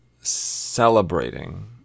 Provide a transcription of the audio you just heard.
celebrating